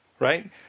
right